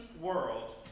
world